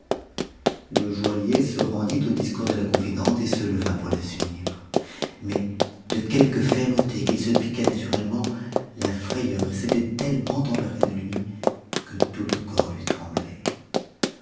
le joaillier se rendit aux discours de la confidente et se leva pour suivre mais de quelque fermeté qu'il se piquât naturellement la frayeur s'était tellement emparée de lui que out le corps lui tremblait